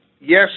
yes